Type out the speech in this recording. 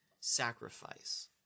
sacrifice